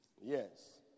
Yes